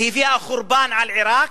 היא הביאה חורבן על עירק,